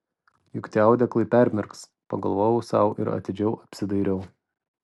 juk tie audeklai permirks pagalvojau sau ir atidžiau apsidairiau